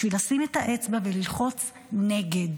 בשביל לשים את האצבע וללחוץ נגד?